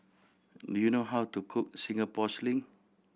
do you know how to cook Singapore Sling